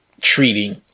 treating